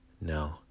No